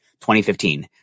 2015